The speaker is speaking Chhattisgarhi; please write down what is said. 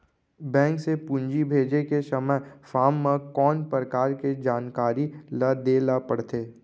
बैंक से पूंजी भेजे के समय फॉर्म म कौन परकार के जानकारी ल दे ला पड़थे?